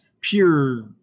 pure